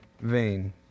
vain